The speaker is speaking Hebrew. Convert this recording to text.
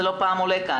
לא פעם זה עולה כאן.